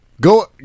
Go